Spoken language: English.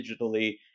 digitally